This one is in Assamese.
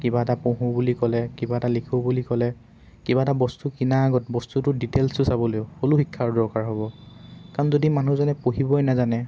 কিবা এটা পঢ়োঁ বুলি ক'লে কিবা এটা লিখোঁ বুলি ক'লে কিবা এটা বস্তু কিনাৰ আগত বস্তুটো ডিটেইলছটো চাবলৈয়ো হ'লেও শিক্ষাৰ দৰকাৰ হ'ব কাৰণ যদি মানুহজনে পঢ়িবই নেজানে